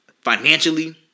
financially